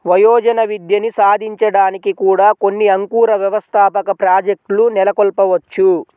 వయోజన విద్యని సాధించడానికి కూడా కొన్ని అంకుర వ్యవస్థాపక ప్రాజెక్ట్లు నెలకొల్పవచ్చు